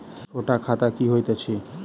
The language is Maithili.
छोट खाता की होइत अछि